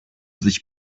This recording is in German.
sich